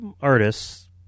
artists